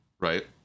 right